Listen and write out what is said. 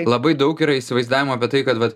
labai daug yra įsivaizdavimo apie tai kad vat